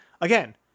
again